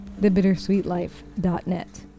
thebittersweetlife.net